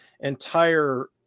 entire